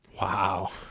Wow